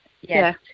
Yes